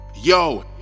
Yo